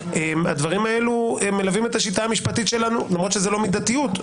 הדברים הללו מלווים את השיטה המשפטית שלנו למרות שזה לא מידתיות.